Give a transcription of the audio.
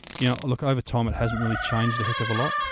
you know look, over time, it hasn't really changed a heck of a lot.